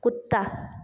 कुत्ता